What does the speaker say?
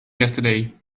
yesterday